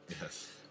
Yes